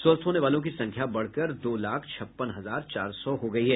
स्वस्थ होने वालों की संख्या बढ़कर दो लाख छप्पन हजार चार सौ हो गयी है